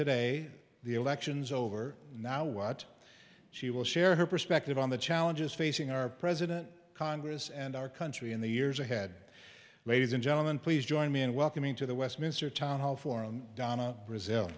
today the election's over now what she will share her perspective on the challenges facing our president congress and our country in the years ahead ladies and gentlemen please join me in welcoming to the westminster town hall forum donna brazil